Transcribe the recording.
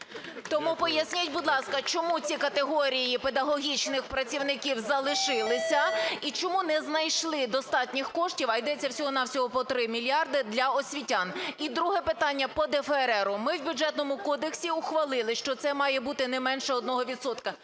Тому поясніть, будь ласка, чому ці категорії педагогічних працівників залишилися, і чому не знайшли достатніх коштів, а йдеться всього-на-всього про три мільярди для освітян. І друге питання по ДФРРу. Ми в Бюджетному кодексі ухвалили, що це має бути не менше